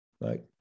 Right